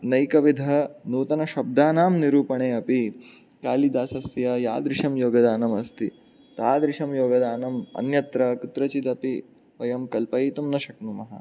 नैकविधनूतनशब्दानां निरूपणेऽपि कालिदासस्य यादृशं योगदानमस्ति तादृशं योगदानम् अन्यत्र कुत्रचिदपि वयं कल्पयितुं न शक्नुमः